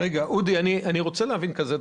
רגע, אודי, אני רוצה להבין משהו.